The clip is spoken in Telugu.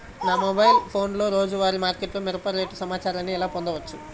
మా మొబైల్ ఫోన్లలో రోజువారీ మార్కెట్లో మిరప రేటు సమాచారాన్ని ఎలా పొందవచ్చు?